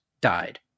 died